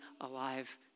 alive